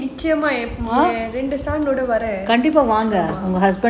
நிச்சயமா வரேன் ரெண்டு:nichayamaa varaen rendu son ஓட வரேன்:oda varaen